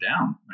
down